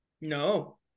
no